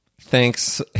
Thanks